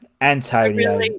Antonio